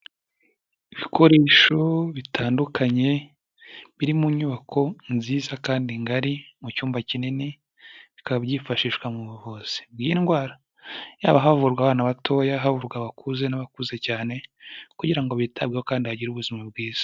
Ibikoresho bitandukanye, biri mu nyubako nziza kandi ngari mu cyumba kinini, bikaba byifashishwa mu buvuzi bw'indwara. Yaba havurwa abana batoya, havurwa abakuze n'abakuze cyane kugira ngo bitabweho kandi bagire ubuzima bwiza.